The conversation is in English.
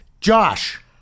Josh